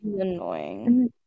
annoying